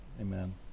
amen